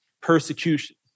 persecution